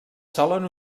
solen